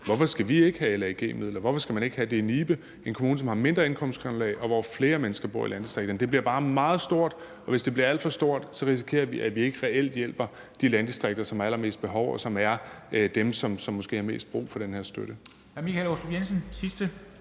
Hvorfor skal vi ikke have LAG-midler? Eller hvorfor skal man ikke have det i Nibe Kommune – en kommune, som har mindre indkomstgrundlag, og hvor flere mennesker bor i landdistrikterne? Det bliver bare meget stort, og hvis det bliver alt for stort, risikerer vi, at vi ikke reelt hjælper de landdistrikter, som har allermest behov for det, og som er dem, som måske har brug for den her støtte.